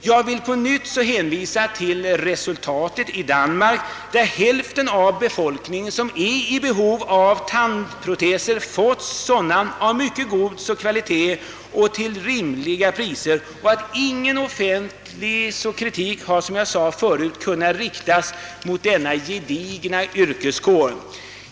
Jag vill på nytt hänvisa till resultatet i Danmark där hälften av befolkningen, som är i behov av tandproteser, har fått sådana av mycket god kvalitet till rimliga priser, och ingen offentlig kritik har, som jag sade, hittills kunnat riktas mot denna gedigna yrkeskår.